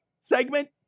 segment